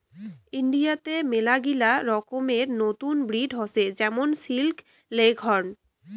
ইন্ডিয়াতে মেলাগিলা রকমের নতুন ব্রিড হসে যেমন সিল্কি, লেগহর্ন